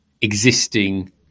existing